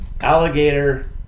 alligator